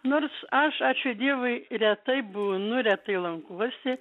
nors aš ačiū dievui retai būnu retai lankuosi